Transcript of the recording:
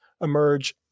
emerge